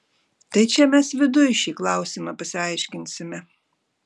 tai čia mes viduj šį klausimą pasiaiškinsime